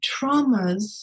traumas